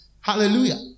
Hallelujah